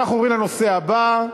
אנחנו עוברים לנושא הבא,